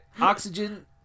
Oxygen